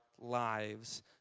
lives